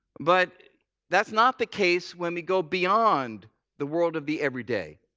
but that's not the case when we go beyond the world of the everyday.